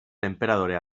enperadorea